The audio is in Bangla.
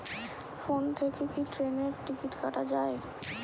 ফোন থেকে কি ট্রেনের টিকিট কাটা য়ায়?